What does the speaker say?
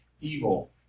evil